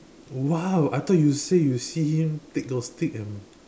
!wow! I thought you say you see him take those stick and